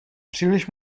příliš